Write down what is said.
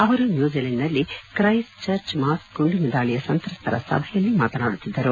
ಅವರು ನ್ಯೂಜಿಲೆಂಡ್ನಲ್ಲಿ Christchurch mosque ಗುಂಡಿನ ದಾಳಿಯ ಸಂತ್ರಸ್ತರ ಸಭೆಯಲ್ಲಿ ಮಾತನಾಡುತ್ತಿದ್ದರು